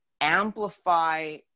amplify